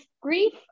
grief